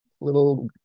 little